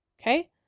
Okay